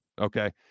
okay